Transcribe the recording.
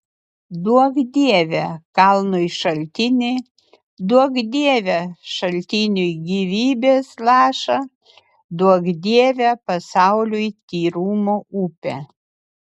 duok dieve kalnui šaltinį duok dieve šaltiniui gyvybės lašą duok dieve pasauliui tyrumo upę